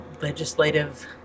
legislative